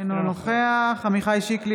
אינו נוכח עמיחי שיקלי,